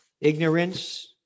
ignorance